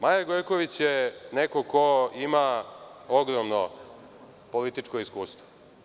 Maja Gojković je neko ko ima ogromno političko iskustvo.